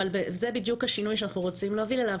אבל זה בדיוק השינוי שאנחנו רוצים להוביל אליו,